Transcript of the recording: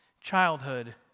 childhood